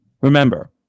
remember